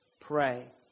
pray